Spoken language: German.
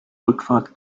rückfahrt